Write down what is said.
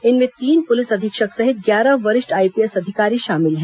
इनमें तीन पुलिस अधीक्षक सहित ग्यारह वरिष्ठ आईपीएस अधिकारी शामिल हैं